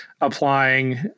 applying